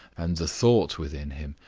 and the thought within him,